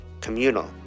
communal